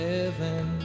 Heaven